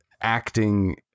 acting